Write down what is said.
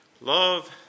Love